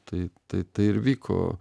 tai tai tai ir vyko